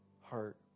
heart